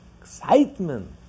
excitement